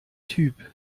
typ